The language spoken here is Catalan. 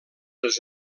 els